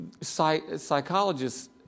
Psychologists